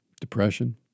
Depression